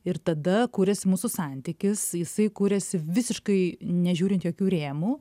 ir tada kuriasi mūsų santykis jisai kuriasi visiškai nežiūrint jokių rėmų